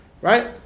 right